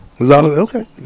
Okay